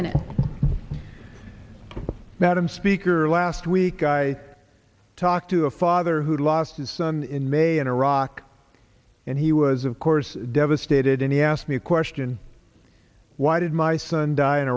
minute madam speaker last week i talked to a father who lost his son in may in iraq and he was of course devastated and he asked me a question why did my son die in